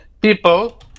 people